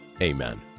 Amen